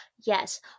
yes